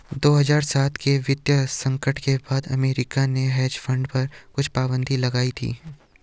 दो हज़ार सात के वित्तीय संकट के बाद अमेरिका ने हेज फंड पर कुछ पाबन्दी लगाई थी